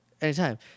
anytime